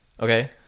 okay